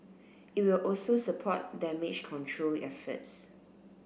it will also support damage control efforts